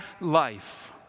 life